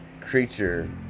creature